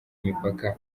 imipaka